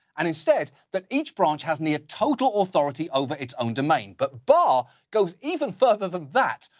and instead, that each branch has near-total authority over its own domain. but barr goes even further than that,